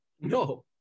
No